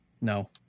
no